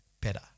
better